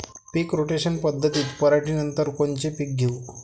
पीक rotation पद्धतीत पराटीनंतर कोनचे पीक घेऊ?